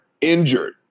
injured